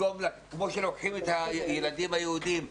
כמו שלוקחים את הילדים היהודים לחברון,